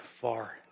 far